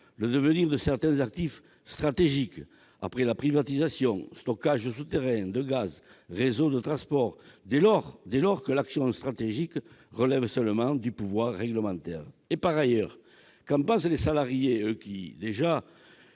le devenir de certains actifs stratégiques après la privatisation- stockage souterrain de gaz, réseau de transport -dès lors que l'action stratégique relève seulement du pouvoir réglementaire. Par ailleurs, qu'en pensent les salariés, qui ont déjà